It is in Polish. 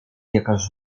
jakaś